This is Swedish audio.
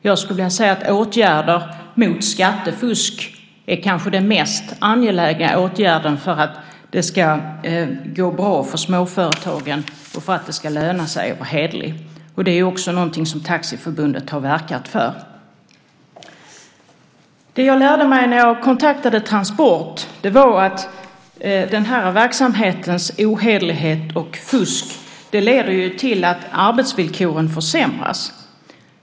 Jag skulle vilja säga att åtgärder mot skattefusk kanske är det mest angelägna för att det ska gå bra för småföretagen och för att det ska löna sig att vara hederlig. Det är också någonting som Taxiförbundet har verkat för. När jag kontaktade Transport lärde jag mig att verksamhetens ohederlighet och fusk leder till att arbetsvillkoren försämras.